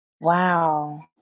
Wow